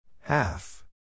Half